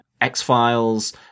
X-Files